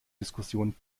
diskussionen